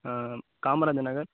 Kamarajar Nagar